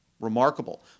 Remarkable